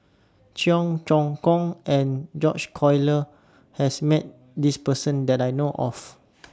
Cheong Choong Kong and George Collyer has Met This Person that I know of